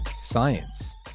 science